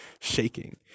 shaking